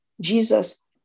Jesus